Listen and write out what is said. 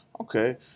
okay